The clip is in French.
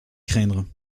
craindre